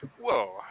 Whoa